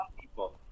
people